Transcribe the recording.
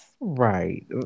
right